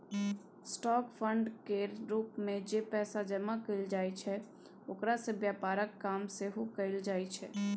stock fund केर रूप मे जे पैसा जमा कएल जाइ छै ओकरा सँ व्यापारक काम सेहो कएल जाइ छै